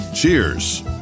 Cheers